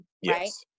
Yes